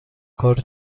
کار